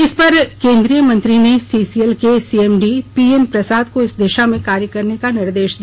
इस पर केंद्रीय मंत्री ने सीसीएल के सीएमडी पीएम प्रसाद को इस दिशा में कार्य करने का निर्देश दिया